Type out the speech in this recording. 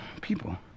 people